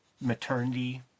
maternity